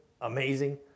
Amazing